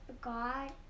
God